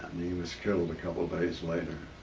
he was killed a couple of days later.